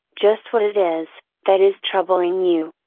just what it is, that is troubling you.